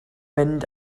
mynd